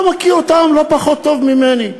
אתה מכיר אותם לא פחות טוב ממני.